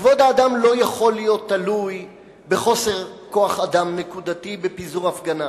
כבוד האדם לא יכול להיות תלוי בחוסר כוח-אדם נקודתי בפיזור הפגנה.